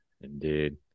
Indeed